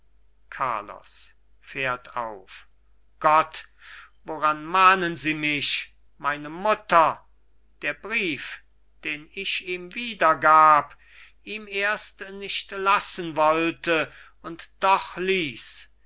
carlos fährt auf gott woran mahnen sie mich meine mutter der brief den ich ihm wiedergab ihm erst nicht lassen wollte und doch ließ